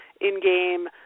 in-game